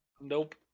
Nope